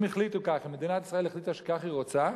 אם החליטו כך, מדינת ישראל החליטה שכך היא רוצה,